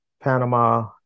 Panama